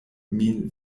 min